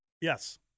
Yes